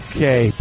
Okay